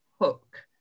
hook